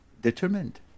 determined